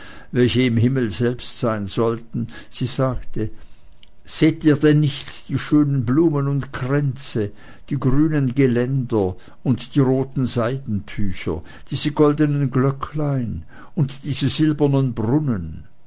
welche im himmel selbst sein sollten sie sagte seht ihr denn nicht die schönen blumen und kränze die grünen geländer und die roten seidentücher diese goldenen glöcklein und diese silbernen brunnen